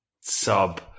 sub